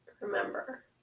remember